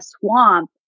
swamp